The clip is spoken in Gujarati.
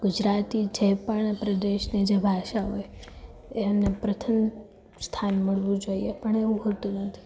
ગુજરાતી જે પણ પ્રદેશની ભાષા હોય એમને પ્રથમ સ્થાન મળવું જોઈએ પણ એવું હોતું નથી